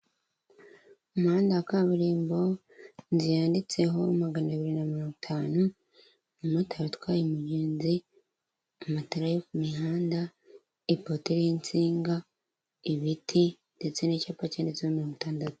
Umuhanda wa kaburimbo, inzu yanditseho magana abiri na mirongo itanu, umumotari atwaye umugenzi, amatara yo ku mihanda, ipoto iriho insinga, ibiti ndetse n'icyapa cyanditseho mirongo itandatu.